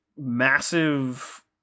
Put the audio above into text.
massive